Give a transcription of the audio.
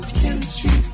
chemistry